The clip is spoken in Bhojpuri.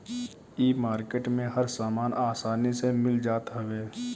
इ मार्किट में हर सामान आसानी से मिल जात हवे